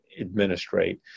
administrate